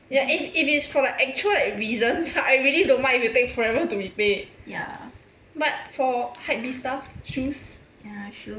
yeah if if it is for like actual reasons I really don't mind you take forever to repay but for hypebeast stuff shoes